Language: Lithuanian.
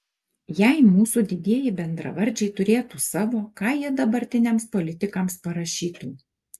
jei mūsų didieji bendravardžiai turėtų savo ką jie dabartiniams politikams parašytų